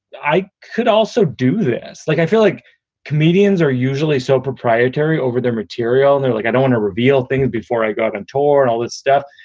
i could also do this like i feel like comedians are usually so proprietary over their material and they're like, i don't want to reveal things before i go out on and tour and all that stuff.